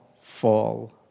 fall